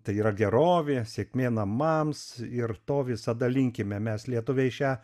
tai yra gerovė sėkmė namams ir to visada linkime mes lietuviai šią